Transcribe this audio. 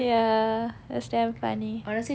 ya is damn funny